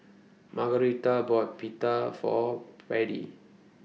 Margaretha bought Pita For Beadie